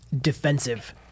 defensive